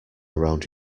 around